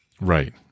Right